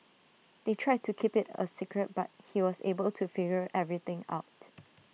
they tried to keep IT A secret but he was able to figure everything out